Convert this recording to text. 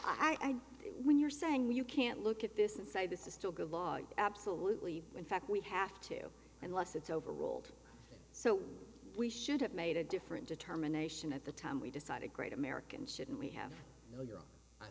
get it when you're saying you can't look at this and say this is still good log absolutely in fact we have to unless it's over old so we should have made a different determination at the time we decided great americans shouldn't we have